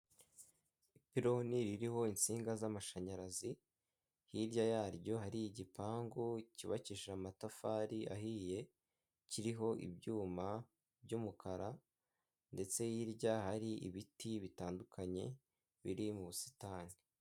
Ipironi ririho insinga z'amashanyarazi hirya yaryo hari igipangu cyubakishije amatafari ahiye, kiriho ibyuma by'umukara, ndetse hirya hari ibiti bitandukanye biri mu busitani.